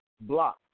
block